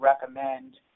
recommend